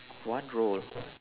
what role